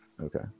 Okay